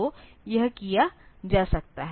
तो यह किया जा सकता है